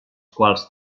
quals